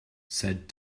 sad